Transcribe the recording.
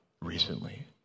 recently